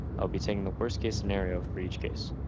i'll be taking the worst case scenario for each case.